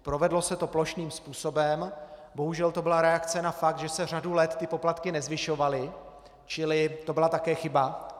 Provedlo se to plošným způsobem, bohužel to byla reakce na fakt, že se řadu let ty poplatky nezvyšovaly, čili to byla také chyba.